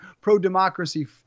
pro-democracy